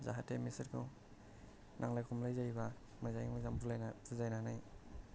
जाहाथे बिसोरखौ नांलाय खमलाय जायोबा मोजाङै मोजां बुलायना बुजायनानै